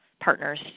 partners